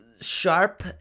sharp